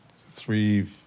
three